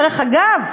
דרך אגב,